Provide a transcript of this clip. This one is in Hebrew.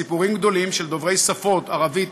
ציבורים גדולים של דוברי השפות ערבית,